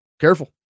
Careful